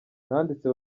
nanditse